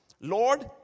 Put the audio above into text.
Lord